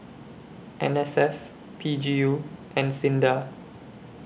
N S F P G U and SINDA